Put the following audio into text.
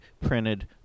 printed